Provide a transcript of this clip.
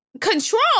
Control